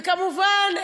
וכמובן,